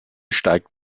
steigt